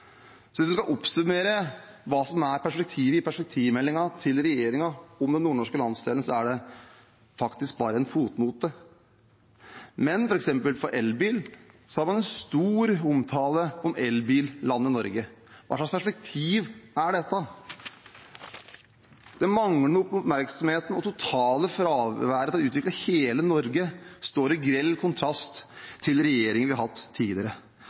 Hvis vi skal oppsummere hva som er perspektivet i perspektivmeldingen fra regjeringen om den nordnorske landsdelen, er det faktisk bare en fotnote. Men f.eks. for elbil har man en stor omtale om elbillandet Norge. Hva slags perspektiv er dette? Den manglende oppmerksomheten og det totale fraværet når det gjelder å utvikle hele Norge, står i grell kontrast til regjeringer vi har hatt tidligere,